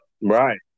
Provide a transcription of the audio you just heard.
right